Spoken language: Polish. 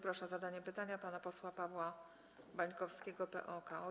Proszę o zadanie pytania pana posła Pawła Bańkowskiego, PO-KO.